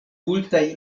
multaj